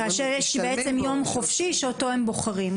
יש יום חופשי שאותו הם בוחרים.